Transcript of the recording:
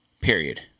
Period